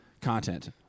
content